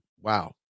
Wow